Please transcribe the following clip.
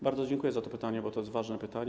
Bardzo dziękuję za to pytanie, bo to jest ważne pytanie.